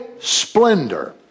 splendor